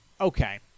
okay